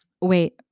Wait